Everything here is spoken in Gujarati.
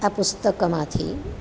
આ પુસ્તકમાંથી